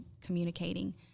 communicating